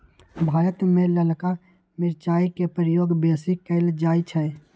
भारत में ललका मिरचाई के प्रयोग बेशी कएल जाइ छइ